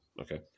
Okay